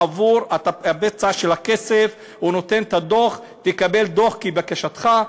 עבור בצע כסף הוא נותן את הדוח, תקבל דוח כבקשתך.